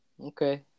Okay